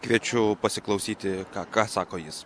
kviečiu pasiklausyti ką sako jis